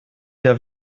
der